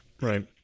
Right